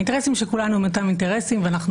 האינטרסים של כולנו הם אותם אינטרסים ואנחנו